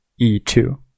e2